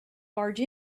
barge